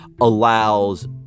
allows